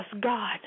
God